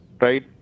right